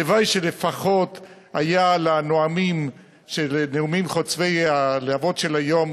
הלוואי שלפחות היה לנואמי הנאומים חוצבי הלהבות של היום